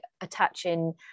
attaching